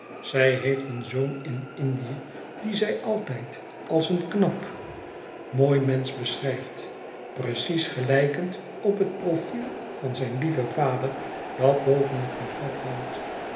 zij heeft een zoon in indie dien zij altijd als een knap mooi mensch beschrijft precies gelijkend op net profiel van zijn lieven vader dat boven het buffet hangt